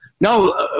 no